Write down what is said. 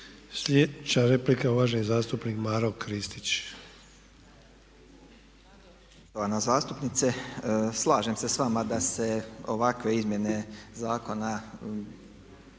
Sljedeća replika uvaženi zastupnik Maro Kristić.